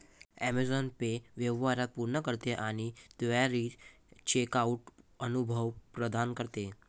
Amazon Pay व्यवहार पूर्ण करते आणि त्वरित चेकआउट अनुभव प्रदान करते